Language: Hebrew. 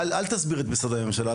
אל תסביר את משרדי הממשלה.